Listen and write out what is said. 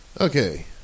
Okay